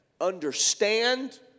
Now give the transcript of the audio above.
understand